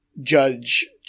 Judge